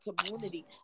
community